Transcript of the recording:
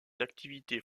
activités